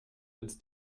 ins